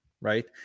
right